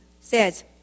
says